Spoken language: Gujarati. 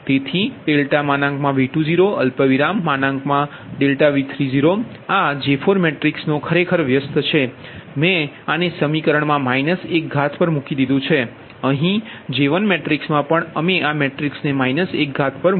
તેથી ∆V20 ∆V30 આ J4 મેટ્રિક્સ નો ખરેખર વ્યસ્ત છે મેં આને સમીકરણ મા માઈનસ 1 ઘાત પર મૂકી દીધું છે અહીં J1 મેટ્રિક્સમા પણ અમે આ મેટ્રિક્સને માઈનસ 1 ઘાત પર મૂક્યા છે